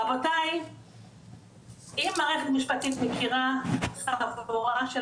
רבותי אם מערכת משפטית מכירה חבורה של